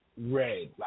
red